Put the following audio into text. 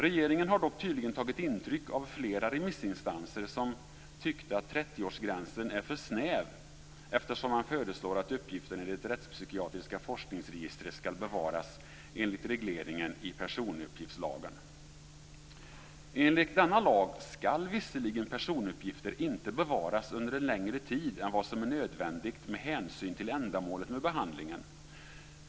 Regeringen har dock tydligen tagit intryck av flera remissinstanser som tyckte att 30-årsgränsen är för snäv eftersom man föreslår att uppgifter enligt rättspsykiatriska forskningsregistret skall bevaras enligt regleringen i personuppgiftslagen. Enligt denna lag skall visserligen personuppgifter inte bevaras under en längre tid än vad som är nödvändigt med hänsyn till ändamålet med behandlingen.